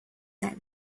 that